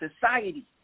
society